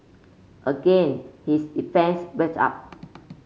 again his defence went up